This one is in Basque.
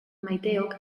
maiteok